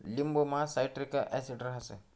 लिंबुमा citric acid रहास